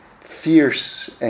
fierce